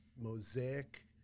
mosaic